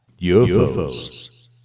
UFOs